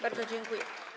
Bardzo dziękuję.